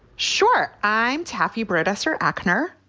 sure. i'm happy, brett esser, actor.